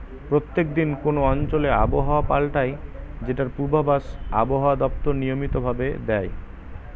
প্রত্যেক দিন কোন অঞ্চলে আবহাওয়া পাল্টায় যেটার পূর্বাভাস আবহাওয়া দপ্তর নিয়মিত ভাবে দেয়